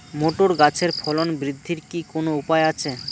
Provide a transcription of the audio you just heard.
Motor গাছের ফলন বৃদ্ধির কি কোনো উপায় আছে?